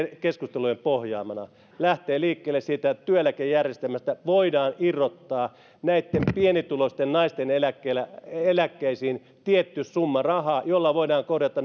keskustelujen pohjalta lähtee liikkeelle siitä että työeläkejärjestelmästä voidaan irrottaa näitten pienituloisten naisten eläkkeisiin tietty summa rahaa jolla voidaan korjata